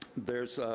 there's